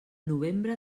novembre